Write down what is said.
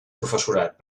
professorat